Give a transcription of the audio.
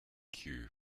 cue